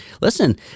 Listen